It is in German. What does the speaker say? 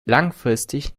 langfristig